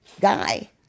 guy